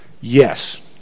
yes